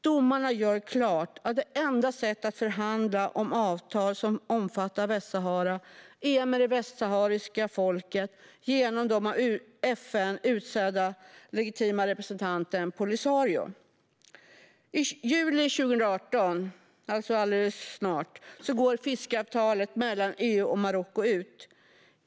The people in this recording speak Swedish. Domarna gör klart att det enda sättet att förhandla om avtal som omfattar Västsahara är med det västsahariska folket, genom den av FN utsedda legitima representanten Polisario. I juli 2018, alldeles snart, går fiskeavtalet mellan EU och Marocko ut.